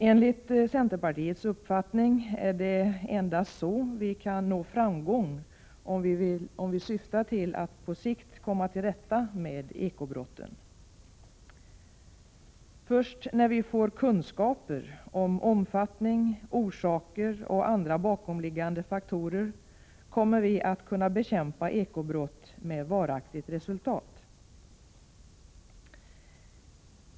Enligt centerpartiets uppfattning är det endast på det sättet vi kan nå framgång, om vi syftar till att på sikt komma till rätta med eko-brotten. Först när vi får kunskaper om omfattning, orsaker och bakomliggande faktorer kommer vi att kunna bekämpa eko-brott med varaktigt resultat.